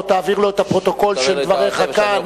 או תעביר לו את הפרוטוקול של דבריך כאן,